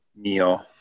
meal